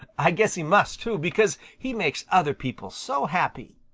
i guess he must too, because he makes other people so happy.